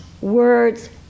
words